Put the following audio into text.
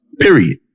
Period